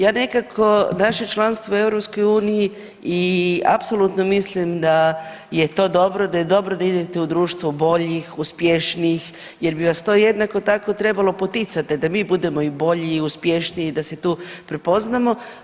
Ja nekako naše članstvo u Europskoj uniji i apsolutno mislim da je to dobro da je dobro da idete u društvu boljih, uspješnijih jer bi vas to jednako tako trebalo poticati da mi budemo i bolji i uspješniji i da se tu prepoznamo.